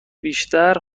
بیشتر